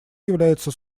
является